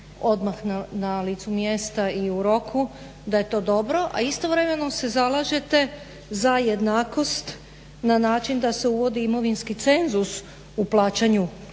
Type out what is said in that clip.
odmah na licu mjesta i u roku, da je to dobro a istovremeno se zalažete za jednakost da se uvodi imovinski cenzus u plaćanju